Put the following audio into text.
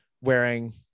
wearing